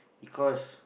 because